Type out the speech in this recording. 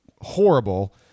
horrible